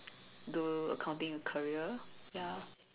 do accounting career ya